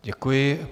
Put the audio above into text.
Děkuji.